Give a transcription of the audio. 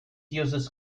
uses